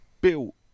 built